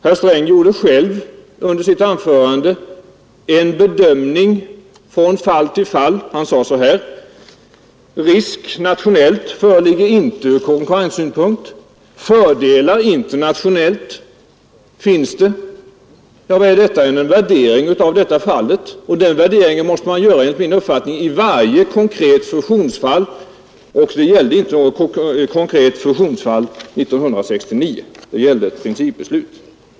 Herr Sträng gjorde själv under sitt anförande en bedömning av det enskilda fallet. Han sade: Risk nationellt föreligger inte ur konkurrenssynpunkt, fördelar internationellt finns. Detta är naturligtvis en värdering av det aktuella fallet, och en sådan värdering måste man enligt min uppfattning göra i varje konkret fusionsfall. Det gällde inte något konkret fusionsfall 1969 utan ett principbeslut.